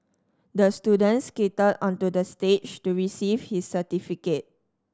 the student skated onto the stage to receive his certificate